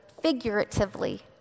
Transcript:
figuratively